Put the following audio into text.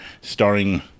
starring